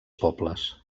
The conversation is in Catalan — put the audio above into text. pobles